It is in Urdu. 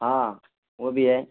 ہاں وہ بھی ہے